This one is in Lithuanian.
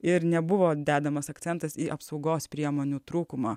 ir nebuvo dedamas akcentas į apsaugos priemonių trūkumą